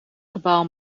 kabaal